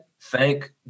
thank